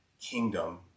kingdom